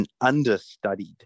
understudied